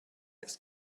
ist